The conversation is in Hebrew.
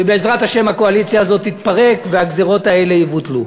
ובעזרת השם הקואליציה הזאת תתפרק והגזירות האלה יבוטלו.